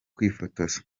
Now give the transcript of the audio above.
kwifotoza